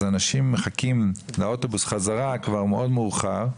אז אנשים מחכים לאוטובוס חזרה כבר מאד מאוחר,